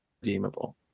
Redeemable